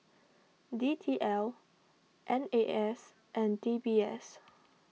D T L N A S and D B S